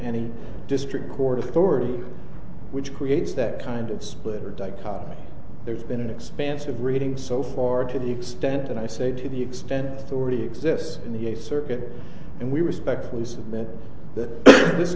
any district court authority which creates that kind of split or dichotomy there's been an expansive reading so far to the extent that i say to the extent already exists in the eighth circuit and we respectfully submit th